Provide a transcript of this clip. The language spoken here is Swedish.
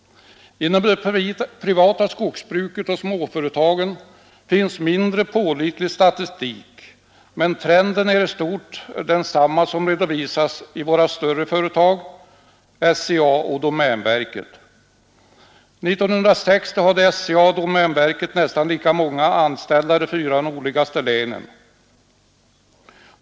Inom det privata skogsbruket och småföretagen finns mindre pålitlig statistik, men trenden är i stort densamma som redovisas av våra större företag, SCA och domänverket. 1960 hade SCA och domänverket nästan lika många anställda i de fyra nordligaste länen.